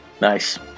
nice